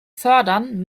fördern